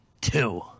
two